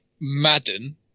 Madden